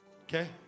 Okay